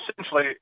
essentially